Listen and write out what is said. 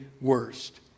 worst